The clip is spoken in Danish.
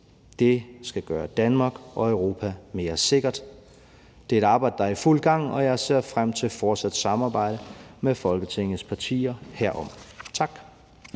Det skal gøre Danmark og Europa mere sikkert. Det er et arbejde, der er i fuld gang, og jeg ser frem til et fortsat samarbejde med Folketingets partier herom. Tak.